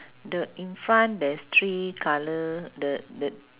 the in front there's three colour the the